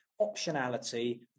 optionality